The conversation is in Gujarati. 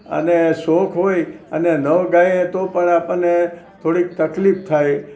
અને શોખ હોય અને ન ગાઈએ તો પણ આપણને થોડીક તકલીફ થાય